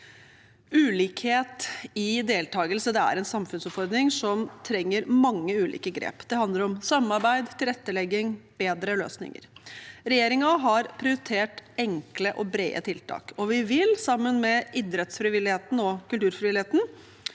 Ulikhet i deltakelse er en samfunnsutfordring som krever mange ulike grep. Det handler om samarbeid, tilrettelegging og bedre løsninger. Regjeringen har prioritert enkle og brede tiltak. Sammen med frivilligheten